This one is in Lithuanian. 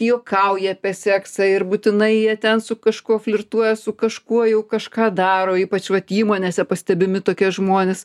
juokauja apie seksą ir būtinai jie ten su kažkuo flirtuoja su kažkuo jau kažką daro ypač vat įmonėse pastebimi tokie žmonės